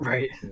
Right